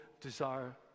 desire